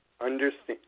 understand